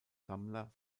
sammler